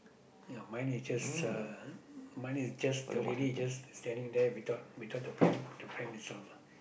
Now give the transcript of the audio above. ya mine is just uh mine is just the lady just standing there without without the pram the pram itself